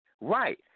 Right